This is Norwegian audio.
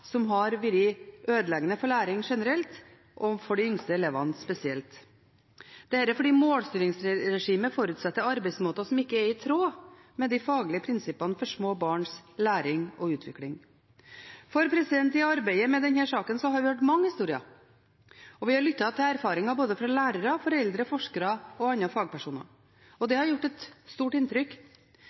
har vært ødeleggende for læring generelt og for de yngste elevene spesielt. Dette er fordi målstyringsregimet forutsetter arbeidsmåter som ikke er i tråd med de faglige prinsippene for små barns læring og utvikling. I arbeidet med denne saken har vi hørt mange historier, og vi har lyttet til erfaringer fra både lærere, foreldre, forskere og andre fagpersoner. Det har gjort et stort inntrykk.